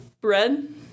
bread